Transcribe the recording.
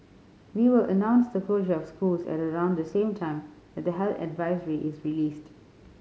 we will announce the closure of schools at around the same time that the health advisory is released